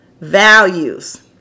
values